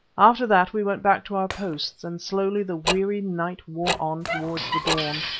after that we went back to our posts, and slowly the weary night wore on towards the dawn.